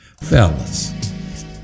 Fellas